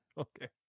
okay